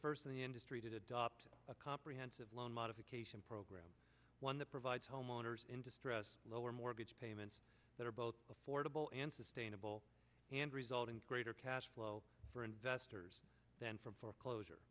first in the industry to adopt a comprehensive loan modification program one that provides homeowners in distress lower mortgage payments that are both affordable and sustainable and result in greater cash flow for investors than for foreclosure